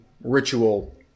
ritual